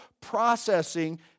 processing